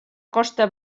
costa